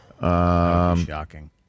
Shocking